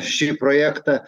šį projektą